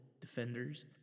defenders